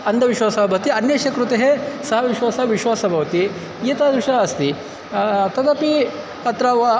अन्धविश्वासः भवति अन्यस्य कृते सः विश्वासः विश्वासः भवति एतादृशः अस्ति तदपि अत्र